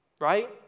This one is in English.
right